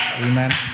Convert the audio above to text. Amen